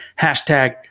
Hashtag